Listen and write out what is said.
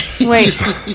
Wait